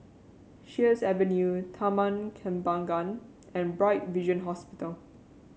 Sheares Avenue Taman Kembangan and Bright Vision Hospital